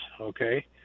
okay